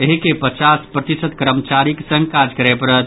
एहि के पचास प्रतिशत कर्मचारीक संग काज करय पड़त